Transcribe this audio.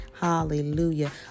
Hallelujah